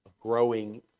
growing